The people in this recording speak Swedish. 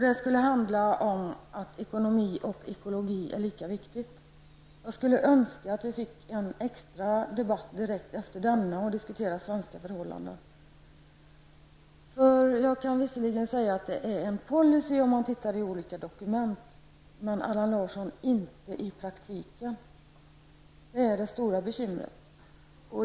Det skulle handla om att ekonomi och ekologi är lika viktigt. Jag skulle önska att vi fick en extra debatt direkt efter denna för att diskutera svenska förhållanden. Jag kan visserligen säga att det är en policy om man tittar i olika dokument, men, Allan Larsson, inte i praktiken. Det är det stora bekymret.